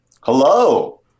hello